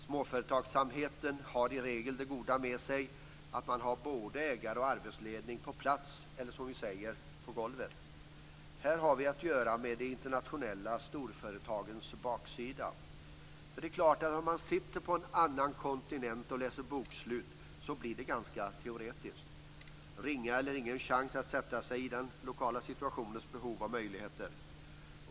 Småföretagsamheten har i regel det goda med sig att man har både ägare och arbetsledning på plats, eller som vi säger: på golvet. Här har vi att göra med de internationella storföretagens baksida. Om man sitter på en annan kontinent och läser bokslut blir det ganska teoretiskt. Man har ringa eller ingen chans att sätta sig in i den lokala situationens behov och möjligheter.